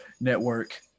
network